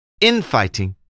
Infighting